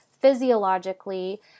physiologically